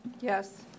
Yes